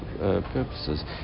purposes